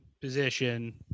position